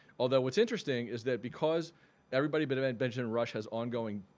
although what's interesting is that because everybody but about benjamin rush has ongoing